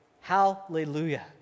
Hallelujah